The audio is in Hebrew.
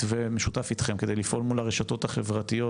מתווה משותף איתכם כדי לפעול מול הרשתות החברתיות,